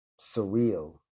surreal